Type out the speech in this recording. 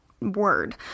word